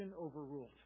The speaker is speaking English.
overruled